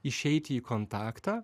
išeiti į kontaktą